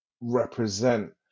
represent